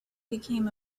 became